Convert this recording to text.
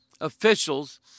officials